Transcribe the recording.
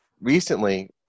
recently